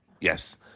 yes